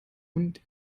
und